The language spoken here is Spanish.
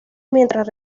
mientras